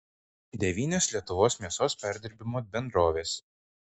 devynios lietuvos mėsos perdirbimo bendrovės